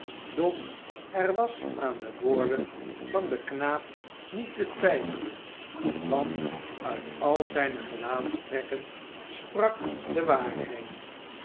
doch er was aan de woorden van den knaap niet te twijfelen want uit al zijne gelaatstrekken sprak de waarheid